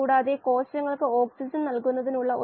ഇതിനെ സമവാക്യം 1 എന്ന് നമുക്ക് വിളിക്കാം